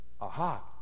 Aha